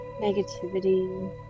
negativity